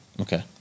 Okay